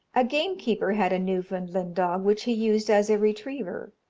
a gamekeeper had a newfoundland dog which he used as a retriever.